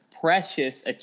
precious